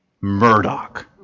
Murdoch